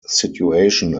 situation